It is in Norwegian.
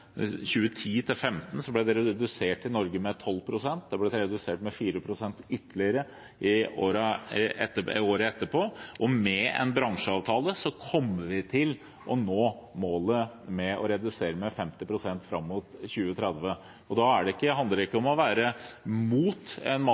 2010 til 2015 ble redusert i Norge med 12 pst. Det har blitt redusert med ytterligere 4 pst. året etterpå, og med en bransjeavtale kommer vi til å nå målet om å redusere med 50 pst. fram mot 2030. Da handler det ikke om å være mot en